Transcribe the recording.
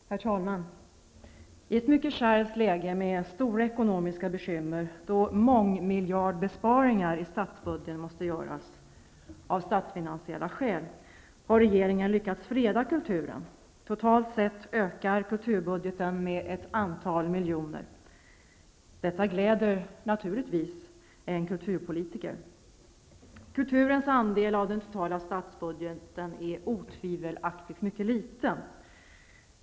Herr talman! I ett mycket kärvt läge med stora ekonomiska bekymmer, då mångmiljardbesparingar i statsbudgeten måste göras av statsfinansiella skäl, har regeringen lyckats freda kulturen. Totalt sett ökar kulturbudgeten med ett antal miljoner. Detta gläder naturligtvis en kulturpolitiker. Kulturens andel av den totala statsbudgeten är otvivelaktigt mycket liten.